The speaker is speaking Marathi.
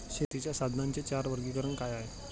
शेतीच्या साधनांचे चार वर्गीकरण काय आहे?